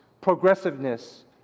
progressiveness